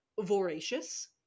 voracious